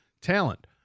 talent